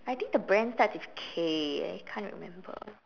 I think the brand starts with K eh I can't remember